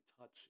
touch